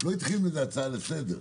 לא התחיל מאיזה הצעה לסדר,